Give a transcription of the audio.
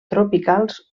tropicals